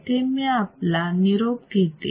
इथे मी आपला निरोप घेते